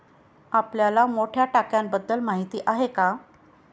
आपल्याला मोठ्या टाक्यांबद्दल माहिती आहे का?